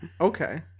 Okay